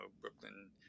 Brooklyn